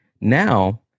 now